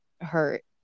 hurt